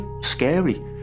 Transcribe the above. scary